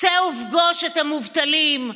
צא ופגוש את המובטלים,